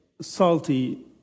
salty